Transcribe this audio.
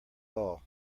all